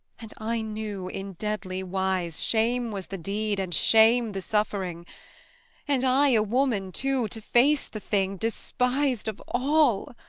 and i knew, in deadly wise, shame was the deed and shame the suffering and i a woman, too, to face the thing, despised of all!